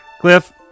Cliff